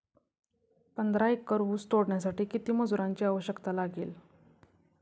पंधरा एकर ऊस तोडण्यासाठी किती मजुरांची आवश्यकता लागेल?